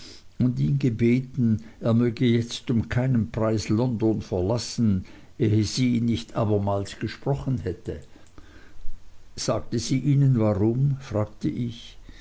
und ihn gebeten er möge jetzt um keinen preis london verlassen ehe sie ihn nicht abermals gesprochen hätte sagte sie ihnen warum fragte ich